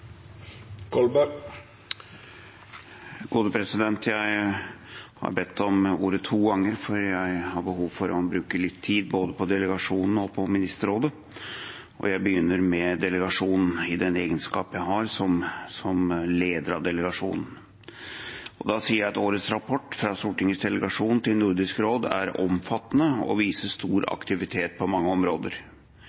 Jeg har bedt om ordet to ganger, for jeg har behov for å bruke litt tid, både på delegasjonen og på Ministerrådet. Jeg begynner med delegasjonen, i egenskap av å være leder av den. Årets rapport fra Stortingets delegasjon til Nordisk råd er omfattende og viser stor